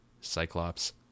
Cyclops